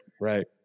right